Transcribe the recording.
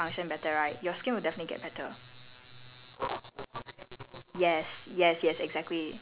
and it helps your other organs function better also so like when your other organs function better right your skin will definitely get better